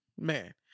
Man